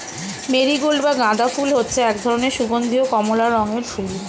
marigold বা গাঁদা ফুল হচ্ছে এক ধরনের সুগন্ধীয় কমলা রঙের ফুল